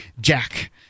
Jack